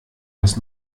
das